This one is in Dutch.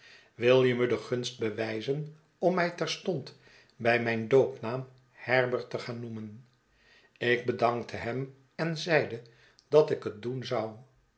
wil je me de gunst bewijzen om mij terstond bij mijn doopnaam herbert te gaan noemen ik bedankte hem en zeide dat ik het doen zou